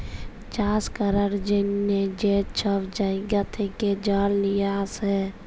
চাষ ক্যরার জ্যনহে যে ছব জাইগা থ্যাকে জল লিঁয়ে আসে